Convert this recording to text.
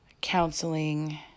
Counseling